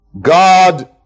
God